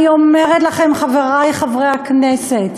אני אומרת לכם, חברי חברי הכנסת,